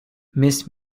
missed